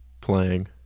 playing